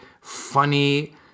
funny